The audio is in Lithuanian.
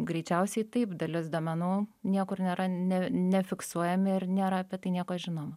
greičiausiai taip dalis duomenų niekur nėra ne nefiksuojami ir nėra apie tai nieko žinoma